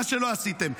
מה שלא עשיתם,